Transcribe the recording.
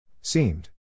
Seemed